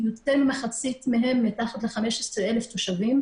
יותר ממחצית מהן מתחת ל-15,000 תושבים.